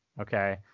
Okay